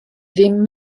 ddim